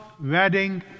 wedding